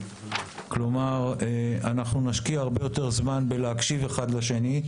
כלומר אנחנו נשקיע הרבה יותר זמן בלהקשיב אחד לשני,